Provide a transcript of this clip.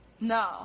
No